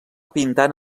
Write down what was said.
pintant